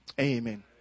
Amen